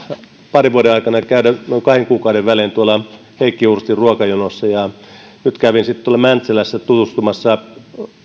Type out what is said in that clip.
parin vuoden aikana käydä noin kahden kuukauden välein tuolla heikki hurstin ruokajonossa ja nyt kävin sitten tuolla mäntsälässä tutustumassa